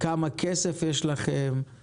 כמה כסף יש לכם עבור זה?